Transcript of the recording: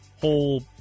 whole